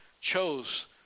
chose